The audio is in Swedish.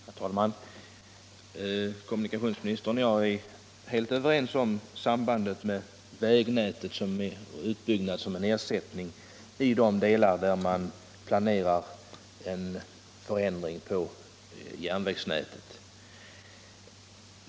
Herr talman! Kommunikationsministern och jag är helt överens om utbyggnad av vägnätet som ersättning i de delar av landet där det planeras inskränkningar i järnvägsnätet.